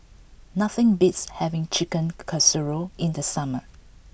nothing beats having Chicken Casserole in the summer